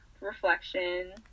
Reflection